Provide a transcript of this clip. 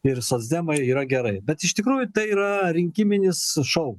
ir socdemai yra gerai bet iš tikrųjų tai yra rinkiminis šou